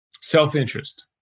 Self-interest